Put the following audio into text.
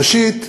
ראשית,